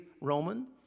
Roman